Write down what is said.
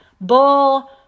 Bull